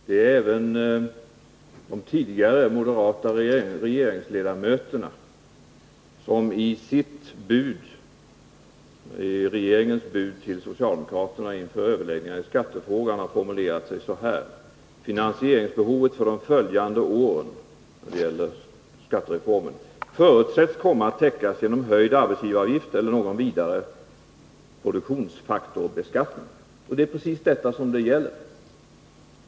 Det är även de tidigare moderata regeringsledamöterna, som i regeringens bud till socialdemokraterna inför överläggningar i skattefrågan har formulerat sig så här: ”Finansieringsbehovet för de följande åren förutsätts komma att täckas genom höjd arbetsgivaravgift eller någon vidare produktionsfaktorbeskattning.” Det är precis detta som det gäller.